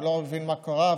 לא הבין מה קרה,